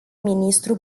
ministru